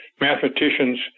mathematicians